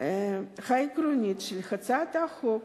העקרונית של הצעת החוק,